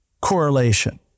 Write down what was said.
correlation